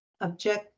object